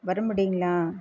வர முடியுங்களா